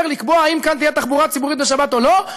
לקבוע אם כאן תהיה תחבורה ציבורית בשבת או לא,